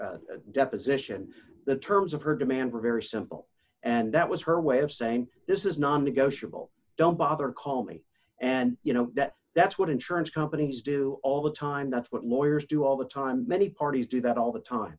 her deposition the terms of her demand were very simple and that was her way of saying this is non negotiable don't bother call me and you know that that's what insurance companies do all the time that's what lawyers do all the time many parties do that all the time